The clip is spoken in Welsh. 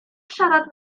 siarad